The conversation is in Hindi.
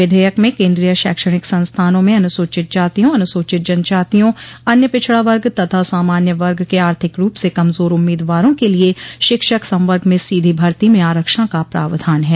विधेयक में केंद्रीय शैक्षणिक संस्थानों में अनुसूचित जातियों अनुसूचित जनजातियों अन्य पिछड़ा वर्ग तथा सामान्य वर्ग के आर्थिक रूप से कमजोर उम्मीदवारों के लिए शिक्षक संवर्ग में सीधी भर्ती में आरक्षण का प्रावधान है